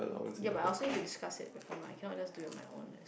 ya I also need to discuss it before mah I cannot just do on my own eh